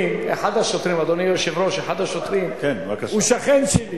אדוני היושב-ראש, אחד השוטרים הוא שכן שלי,